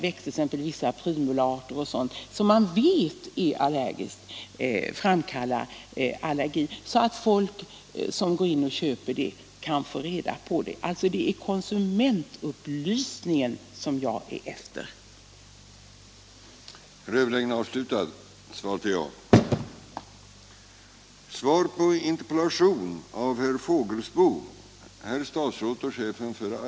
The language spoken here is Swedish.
I det sammanhanget vill jag framhålla att jag tycker att man skulle informera folk om sådana växter, t.ex. vissa primulaarter, som man vet är allergiframkallande. Det är konsumentupplysning även i sådana frågor jag efterlyser.